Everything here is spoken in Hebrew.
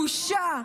בושה.